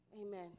amen